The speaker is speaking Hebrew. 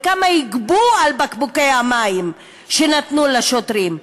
וכמה יגבו על בקבוקי המים שנתנו לשוטרים.